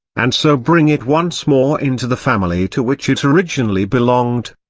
and so bring it once more into the family to which it originally belonged.